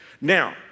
Now